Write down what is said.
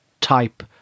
type